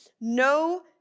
No